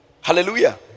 Hallelujah